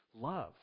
love